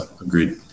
Agreed